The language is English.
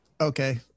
Okay